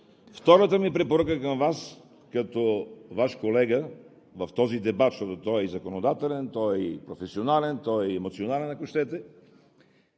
Втората ми препоръка към Вас, като Ваш колега в този дебат, защото той е и законодателен, той е и професионален, той е и емоционален, ако щете,